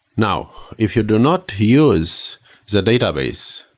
now, if you do not use the database,